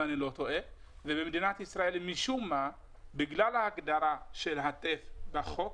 אם אני לא טועה במדינה ישראל משום מה בגלל ההגדרה של הטף בחוק,